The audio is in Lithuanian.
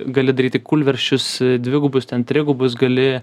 gali daryti kūlversčius dvigubus trigubus gali